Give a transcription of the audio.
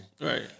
Right